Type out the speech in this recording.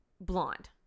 Blonde